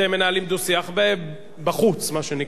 אתם מנהלים דו-שיח, בחוץ, מה שנקרא.